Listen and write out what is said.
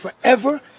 forever